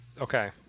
Okay